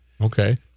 okay